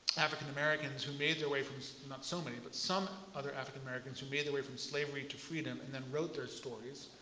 african americans who made their way so not so many, but some other african americans who made their way from slavery to freedom and then wrote their stories,